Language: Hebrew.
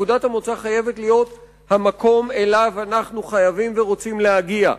נקודת המוצא חייבת להיות המקום שאליו אנחנו חייבים ורוצים להגיע.